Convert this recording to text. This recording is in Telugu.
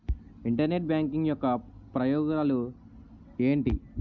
ఇంటర్నెట్ బ్యాంకింగ్ యెక్క ఉపయోగాలు ఎంటి?